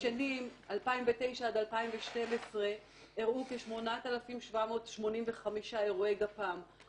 בשנים 2009 עד 2012 אירעו כ-8,785 אירועי גפ"מ.